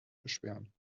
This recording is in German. beschweren